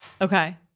Okay